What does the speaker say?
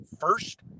first